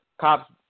Cops